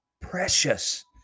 precious